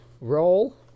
roll